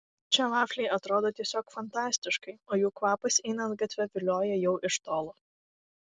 čia vafliai atrodo tiesiog fantastiškai o jų kvapas einant gatve vilioja jau iš tolo